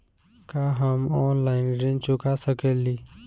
का हम ऑनलाइन ऋण चुका सके ली?